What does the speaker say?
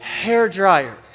hairdryer